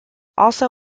also